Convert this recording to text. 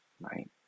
right